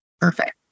Perfect